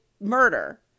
murder